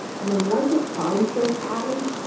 and then once it finds those patterns,